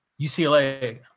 UCLA